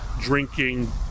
drinking